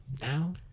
Now